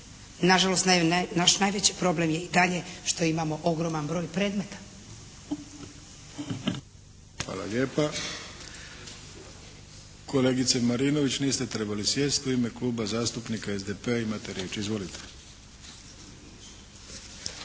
Na žalost, naš najveći problem je i dalje što imamo ogroman broj predmeta. **Arlović, Mato (SDP)** Hvala lijepa. Kolegice Marinović, niste trebali sjesti. U ime Kluba zastupnika SDP-a imate riječ. Izvolite.